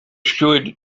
should